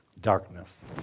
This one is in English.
darkness